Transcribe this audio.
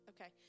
Okay